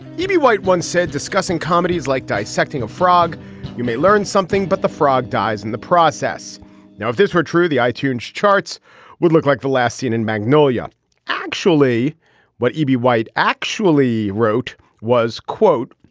e b. white once said discussing comedy is like dissecting a frog you may learn something. but the frog dies in the process now if this were true the itunes charts would look like the last scene in magnolia actually what e b. white actually wrote was quote